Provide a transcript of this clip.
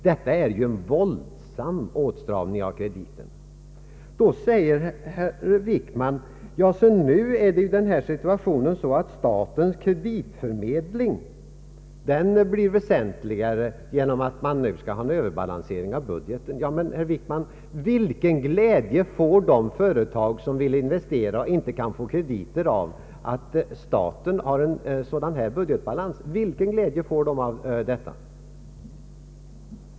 Detta är ju en våldsam åtstramning i kreditgivningen. Herr Wickman talar då om för oss att situationen nu är den att statens kreditförmedling blir väsentligt större genom en överbalansering av budgeten. Men, herr Wickman, de företag som vill investera och inte kan få krediter vilken glädje får de av att staten har en sådan budgetbalans?